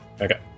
Okay